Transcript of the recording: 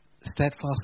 steadfast